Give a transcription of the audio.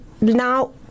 now